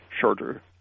shorter